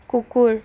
কুকুৰ